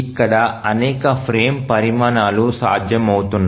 ఇక్కడ అనేక ఫ్రేమ్ పరిమాణాలు సాధ్యమవుతున్నాయి